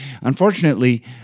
Unfortunately